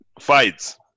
fights